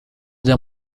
der